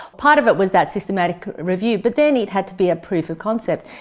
part of it was that systematic review, but then it had to be a proof of concept,